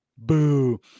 Boo